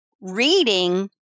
reading